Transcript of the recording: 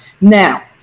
Now